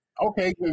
Okay